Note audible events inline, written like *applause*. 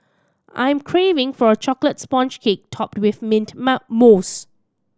I am craving for a chocolate sponge cake topped with mint *unintelligible* mousse